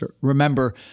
Remember